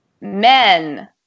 men